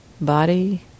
body